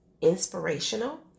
inspirational